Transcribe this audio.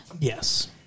Yes